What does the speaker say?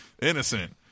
innocent